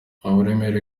uburemere